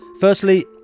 Firstly